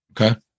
Okay